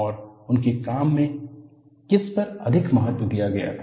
और उनके काम में किस पर अधिक महत्व दिया गया था